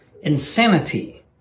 insanity